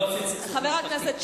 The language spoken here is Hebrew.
אתה עושה לי סכסוך משפחתי.